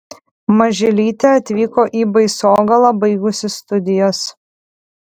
mažylytė atvyko į baisogalą baigusi studijas